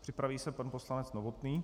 Připraví se pan poslanec Novotný.